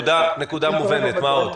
הנקודה מובנת מאוד.